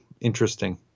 Interesting